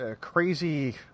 crazy